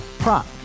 Prop